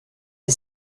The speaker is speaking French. des